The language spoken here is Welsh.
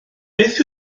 beth